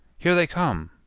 here they come!